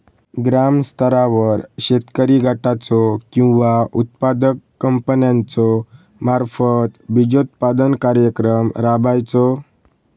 ग्रामस्तरावर शेतकरी गटाचो किंवा उत्पादक कंपन्याचो मार्फत बिजोत्पादन कार्यक्रम राबायचो?